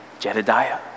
Jedidiah